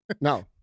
No